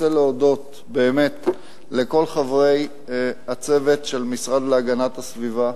אני רוצה להודות באמת לכל חברי הצוות של המשרד להגנת הסביבה,